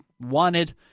wanted